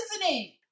listening